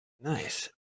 Nice